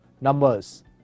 numbers